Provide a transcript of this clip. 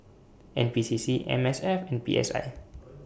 N P C C M S F and P S I